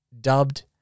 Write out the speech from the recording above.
dubbed